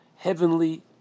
heavenly